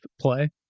play